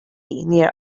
near